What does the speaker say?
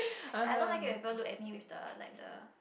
I don't like it when people look at me with the like the